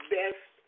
best